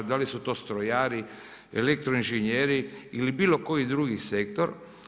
Da li su to strojari, elektroinženjeri ili bilo koji drugi sektor.